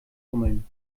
fummeln